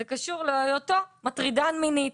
זה קשור להיותו מטרידן מינית,